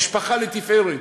משפחה לתפארת,